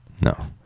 no